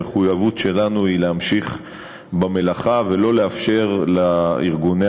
המחויבות שלנו היא להמשיך במלאכה ולא לאפשר לארגוני